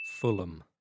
Fulham